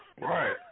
Right